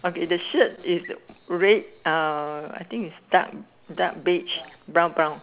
okay the shirt is red uh I think it's dark dark beige brown brown